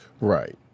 Right